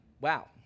Wow